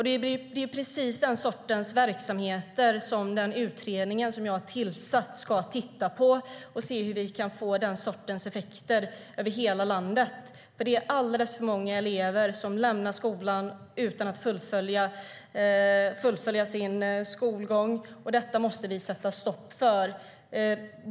Det är precis den sortens verksamheter som utredningen som jag har tillsatt ska titta på för att se hur vi kan få den sortens effekter över hela landet. Det är alldeles för många elever som lämnar skolan utan att fullfölja sin skolgång, och det måste vi sätta stopp för.